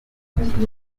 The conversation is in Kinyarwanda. bifuza